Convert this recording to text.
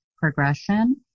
progression